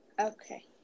Okay